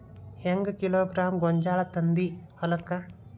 ಹೆಂಗ್ ಕಿಲೋಗ್ರಾಂ ಗೋಂಜಾಳ ತಂದಿ ಹೊಲಕ್ಕ?